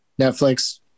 Netflix